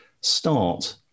start